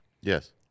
Yes